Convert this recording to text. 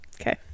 okay